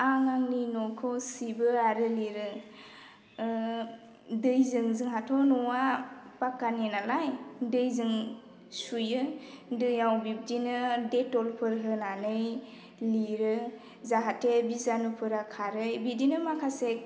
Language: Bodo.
आं आंनि न'खौ सिबो आरो लिरो दैजों जोंहाथ' न'आ पाक्कानि नालाय दैजों सुयो दैआव बिब्दिनो देटलफोर होनानै लिरो जाहाथे बिजानुफोरा खारो बिदिनो माखासे